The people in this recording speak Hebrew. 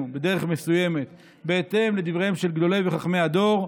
בדרך מסוימת בהתאם לדבריהם של גדולי וחכמי הדור,